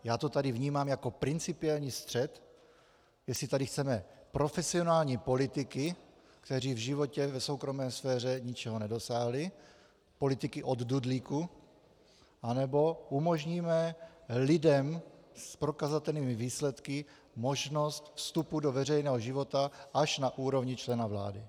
Já to tady vnímám jako principiální střet, jestli tady chceme profesionální politiky, kteří v životě v soukromé sféře ničeho nedosáhli, politiky od dudlíku, nebo umožníme lidem s prokazatelnými výsledky možnost vstupu do veřejného života až na úrovni člena vlády.